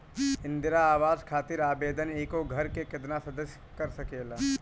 इंदिरा आवास खातिर आवेदन एगो घर के केतना सदस्य कर सकेला?